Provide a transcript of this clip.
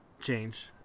change